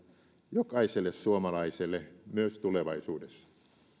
jokaiselle suomalaiselle myös tulevaisuudessa